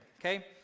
okay